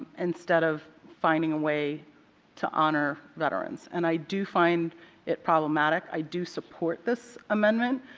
instead of finding a way to honor veterans. and i do find it problematic. i do support this amendment.